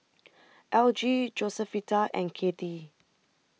Algie Josefita and Cathi